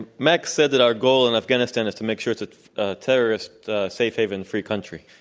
max said that our goal in afghanistan is to make sure it's it's a terrorist safe haven-free country.